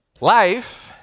Life